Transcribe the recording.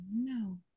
no